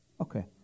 Okay